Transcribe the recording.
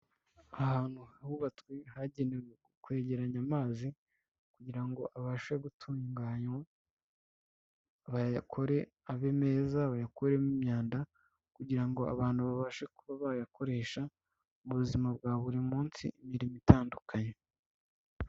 Ahantu hubatswe, hagenewe kwegeranya amazi, kugira ngo abashe gutunganywa, bayakore abe meza bayakuremo imyanda, kugira ngo abantu babashe kuba bayakoresha, mu buzima bwa buri munsi imirimo itandukanye.